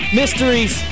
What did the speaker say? mysteries